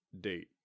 Date